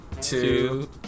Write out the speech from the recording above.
two